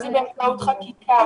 אם זה באמצעות חקיקה,